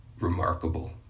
Remarkable